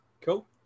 Cool